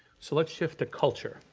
so let's shift to culture,